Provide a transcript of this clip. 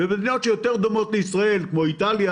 במדינות שיותר דומות לישראל, כמו איטליה